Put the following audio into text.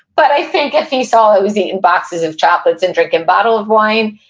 but i think if he saw i was eating boxes of chocolates and drinking bottle of wine,